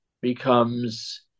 becomes